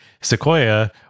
Sequoia